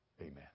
Amen